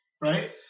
right